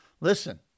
Listen